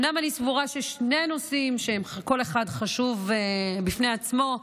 כל אחד משני הנושאים חשוב בפני עצמו.